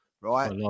right